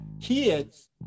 kids